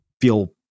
feel